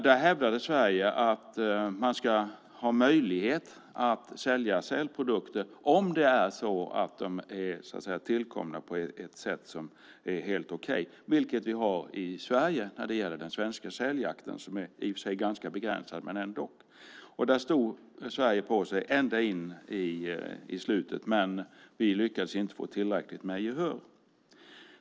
Där hävdade Sverige att man ska ha möjlighet att sälja sälprodukter om de är tillkomna på ett sätt som är helt okej, vilket är fallet när det gäller den svenska säljakten, som i och för sig är ganska begränsad, men ändå. Där stod Sverige på sig ända in i slutet, men vi lyckades inte få tillräckligt med gehör.